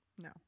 No